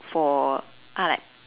for uh like